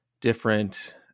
different